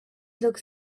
looks